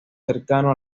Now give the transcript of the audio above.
cercano